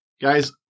Guys